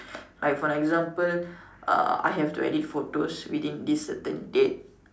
like for example uh I have to edit photos within this certain date